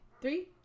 three